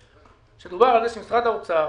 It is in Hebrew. דובר על זה שמשרד האוצר